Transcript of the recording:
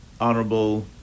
Honorable